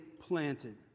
planted